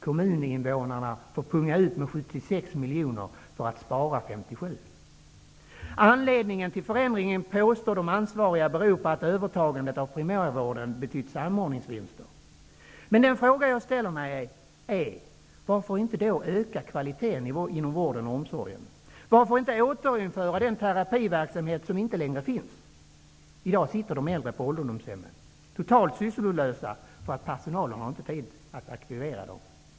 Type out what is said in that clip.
Kommuninvånarna får punga ut med 76 miljoner för att spara 57. De ansvariga påstår att anledningen till förändringen är att övertagandet av primärvården betytt samordningsvinster. Men de frågor jag ställer mig är: Varför då inte öka kvaliteten inom vården och omsorgen? Varför inte återinföra den terapiverksamhet som inte längre finns? I dag sitter de äldre på ålderdomshem, totalt sysslolösa, därför att personalen inte har tid att aktivera dem.